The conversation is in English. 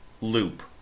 loop